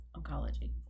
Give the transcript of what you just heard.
oncology